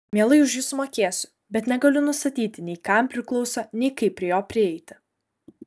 mielai už jį sumokėsiu bet negaliu nustatyti nei kam priklauso nei kaip prie jo prieiti